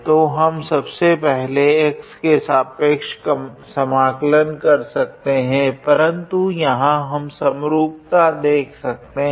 तो हम सब से पहले x के सापेक्ष समाकलन कर सकते है परन्तु यहाँ हम सरूपता देख सकते है